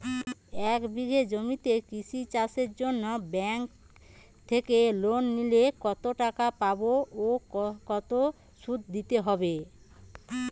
এক বিঘে জমিতে কৃষি কাজের জন্য ব্যাঙ্কের থেকে লোন নিলে কত টাকা পাবো ও কত শুধু দিতে হবে?